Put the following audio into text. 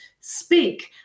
speak